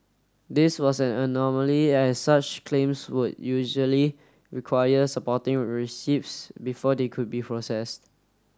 this was an anomaly as such claims would usually require supporting receipts before they could be processed